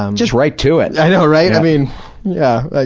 um just right to it! i know, right? i mean yeah ah